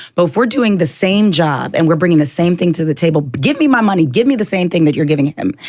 but if we're doing the same job and we're bringing the same thing to the table, give me my money, give me the same thing that you're giving him.